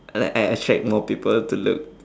like I attract more people to look